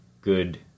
good